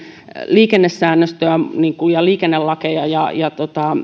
liikennesäännöstöä ja liikennelakeja ja ja